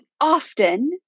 often